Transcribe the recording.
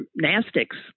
gymnastics